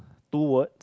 two word